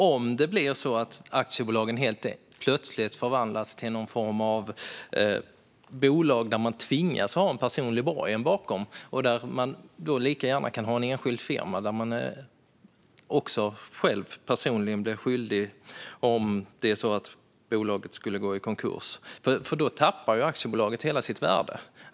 Om aktiebolaget helt plötsligt förvandlas till någon form av bolag där man tvingas gå i personlig borgen och där man själv personligen blir skyldig om bolaget skulle gå i konkurs kan man lika gärna ha en enskild firma. För då tappar aktiebolaget hela sitt värde.